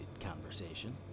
conversation